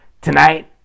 tonight